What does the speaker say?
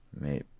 Mate